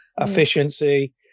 efficiency